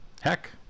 Heck